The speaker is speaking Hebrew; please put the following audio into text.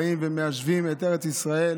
ובאים ומיישבים את ארץ ישראל.